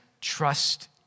trust